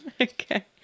Okay